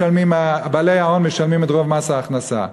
כי בעלי ההון משלמים את רוב מס ההכנסה.